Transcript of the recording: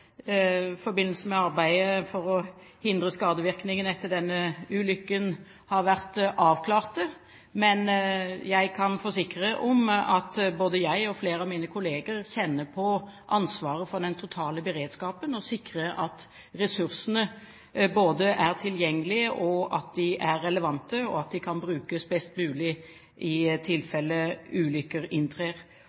forbindelse med arbeidet for å hindre skadevirkningene etter denne ulykken har vært avklart. Men jeg kan forsikre om at både jeg og flere av mine kolleger kjenner på ansvaret for den totale beredskapen og for å sikre at ressursene både er tilgjengelige, relevante og kan brukes best mulig i tilfelle ulykker inntrer.